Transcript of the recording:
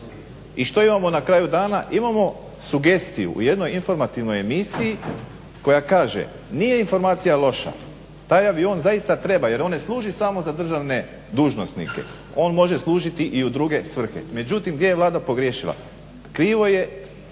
i što imamo na kraju dana, imamo sugestiju u jednoj informativnoj emisiji koja kaže nije informacija loša, taj avion zaista treba jer on ne služi samo za državne dužnosnike, on može služiti i u druge svrhe. Međutim gdje je Vlada pogriješila, krivo je